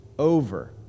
Over